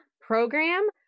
program